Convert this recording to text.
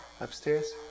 Upstairs